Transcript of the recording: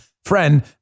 Friend